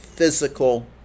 physical